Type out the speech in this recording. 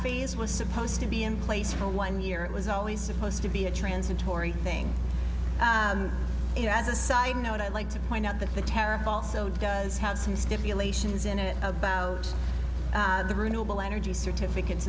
phase was supposed to be in place for one year it was always supposed to be a transitory thing and as a side note i like to point out that the tariff also does have some stipulations in it about the ruble energy certificates